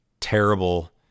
terrible